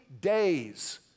days